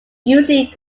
using